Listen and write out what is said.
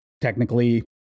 technically